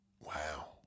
Wow